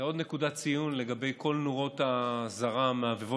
זאת עוד נקודת ציון בכל נורות האזהרה המהבהבות